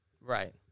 Right